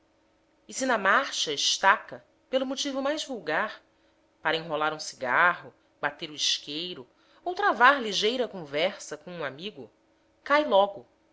e se na marcha estaca pelo motivo mais vulgar para enrolar um cigarro bater o isqueiro ou travar ligeiramente conversa com um amigo cai logo